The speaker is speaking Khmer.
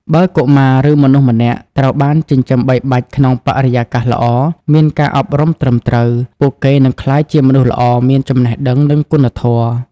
បើកុមារ ឬមនុស្សម្នាក់ត្រូវបានចិញ្ចឹមបីបាច់ក្នុងបរិយាកាសល្អ មានការអប់រំត្រឹមត្រូវ ពួកគេនឹងក្លាយជាមនុស្សល្អ មានចំណេះដឹង និងគុណធម៌។